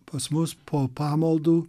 pas mus po pamaldų